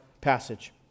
passage